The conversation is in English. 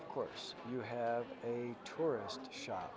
of course you have a tourist sho